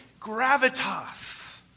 gravitas